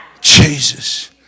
Jesus